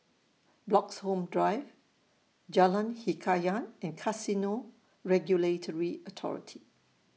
Bloxhome Drive Jalan Hikayat and Casino Regulatory Authority